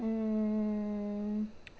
mm